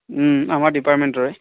আমাৰ ডিপাৰ্টমেন্টৰে